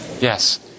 Yes